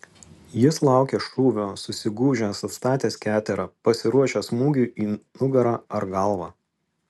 jis laukia šūvio susigūžęs atstatęs keterą pasiruošęs smūgiui į nugarą ar galvą